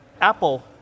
Apple